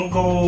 go